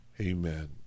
amen